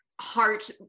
heart